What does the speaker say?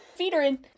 Feederin